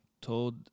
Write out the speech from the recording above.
told